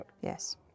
yes